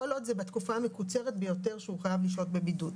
כל עוד זה בתקופה המקוצרת ביותר שהוא חייב לשהות בבידוד.